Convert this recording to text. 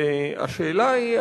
והשאלה היא,